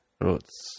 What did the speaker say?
roots